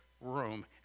room